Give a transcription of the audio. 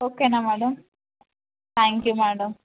ఓకేనా madam thank you madam